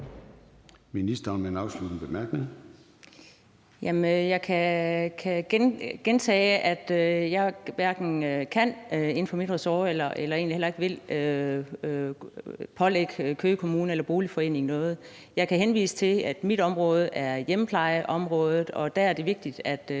Jeg kan gentage, at jeg på mit ressort hverken kan eller vil pålægge Køge Kommune eller boligforeningen noget. Jeg kan henvise til, at mit område er hjemmeplejeområdet, og der er det vigtigt at sige, at